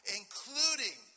including